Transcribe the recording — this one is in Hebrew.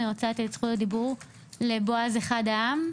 אני רוצה לתת זכות דיבור לבועז אחד העם,